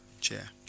Chair